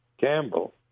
Campbell